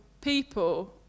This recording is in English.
people